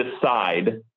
decide